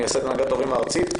מייסד הנהגת ההורים הארצית.